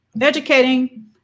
educating